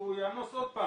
הוא יאנוס עוד פעם".